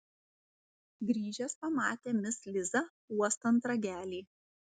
grįžęs pamatė mis lizą uostant ragelį